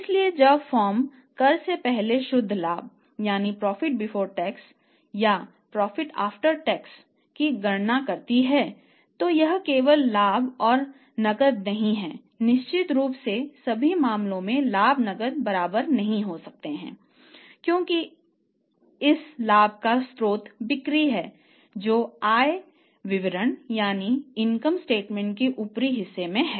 इसलिए जब फर्म कर से पहले शुद्ध लाभ के ऊपरी हिस्से में है